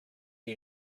you